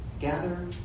Gather